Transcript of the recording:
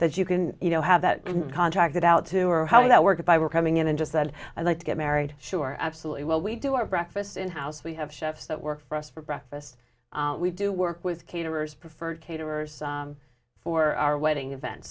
that you can you know have that contracted out to or how would that work if i were coming in and just said i'd like to get married sure absolutely well we do our breakfast in house we have chefs that work for us for breakfast we do work with caterers preferred caterers for our wedding events